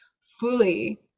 fully